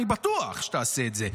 אני בטוח שתעשה את זה.